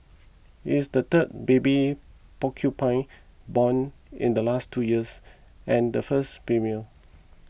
it is the third baby porcupine born in the last two years and the first female